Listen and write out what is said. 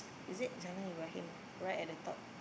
is it Jalan-Ibrahim right at the top